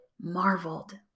marveled